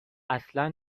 اصلا